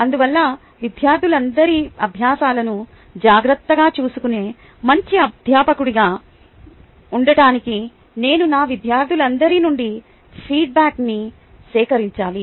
అందువల్ల విద్యార్థులందరి అభ్యాసాలను జాగ్రత్తగా చూసుకునే మంచి ఉపాధ్యాయుడిగా ఉండటానికి నేను నా విద్యార్థులందరి నుండి ఫీడ్బ్యాక్న్ని సేకరించాలి